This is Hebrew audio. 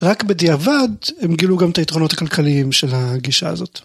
רק בדיעבד, הם גילו גם את היתרונות הכלכליים של הגישה הזאת.